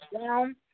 down